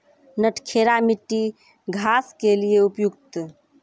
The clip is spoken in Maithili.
नटखेरा मिट्टी घास के लिए उपयुक्त?